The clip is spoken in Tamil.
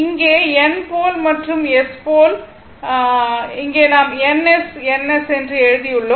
இங்கே N போல் மற்றும் S போல் தான் இங்கே நாம் N S N S என்று எழுதியுள்ளோம்